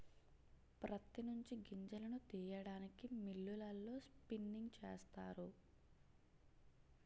ప్రత్తి నుంచి గింజలను తీయడానికి మిల్లులలో స్పిన్నింగ్ చేస్తారు